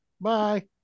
Bye